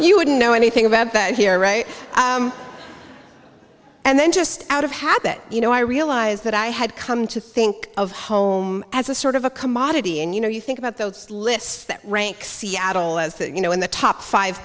you wouldn't know anything about here right and then just out of habit you know i realized that i had come to think of home as a sort of a commodity and you know you think about those lists that rank seattle as the you know in the top five